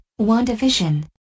WandaVision